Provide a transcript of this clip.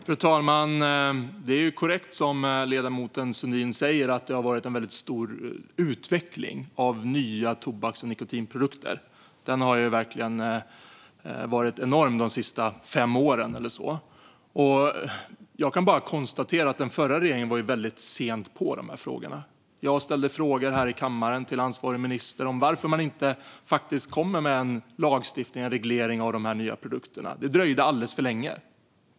Fru talman! Som ledamoten Sundin säger har det skett en väldigt stark utveckling av nya tobaks och nikotinprodukter. Denna utveckling har verkligen varit enorm de senaste fem åren. Jag kan bara konstatera att den förra regeringen var väldigt sen i dessa frågor. Jag ställde frågor här i kammaren till ansvarig minister om varför man inte kom med en lagstiftning om eller reglering av dessa nya produkter. Det dröjde alldeles för länge.